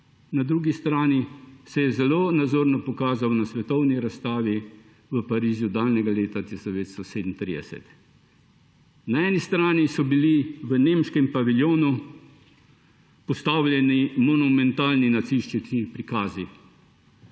na drugi strani, se je zelo nazorno pokazal na svetovni razstavi v Parizu daljnega leta 1937. Na eni strani so bili v nemškem paviljonu postavljeni monumentalni nacistični prikazi,